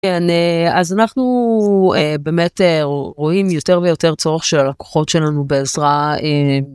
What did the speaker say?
כן אז אנחנו באמת רואים יותר ויותר צורך של הלקוחות שלנו בעזרה.